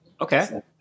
Okay